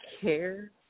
care